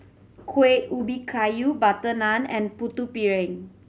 Kuih Ubi Kayu butter naan and Putu Piring